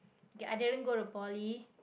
okay I didn't go to Poly